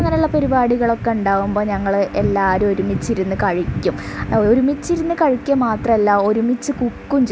അങ്ങനെയുള്ള പരിപാടികളൊക്കെ ഉണ്ടാവുമ്പോൾ ഞങ്ങൾ എല്ലാവരും ഒരുമിച്ച് ഇരുന്ന് കഴിക്കും ഒരുമിച്ച്ക ഇരുന്ന് കഴിക്കുക മാത്രമല്ല ഒരുമിച്ച്